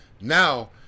Now